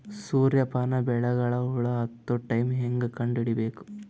ಸೂರ್ಯ ಪಾನ ಬೆಳಿಗ ಹುಳ ಹತ್ತೊ ಟೈಮ ಹೇಂಗ ಕಂಡ ಹಿಡಿಯಬೇಕು?